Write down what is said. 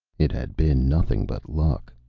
it had been nothing but luck,